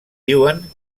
diuen